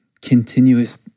continuous